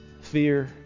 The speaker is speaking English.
fear